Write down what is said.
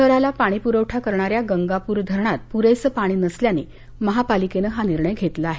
शहराला पाणी प्रवठा करणाऱ्या गंगाप्र धरणात प्रेसं पाणी नसल्याने महापालिकेनं हा निर्णय घेतला आहे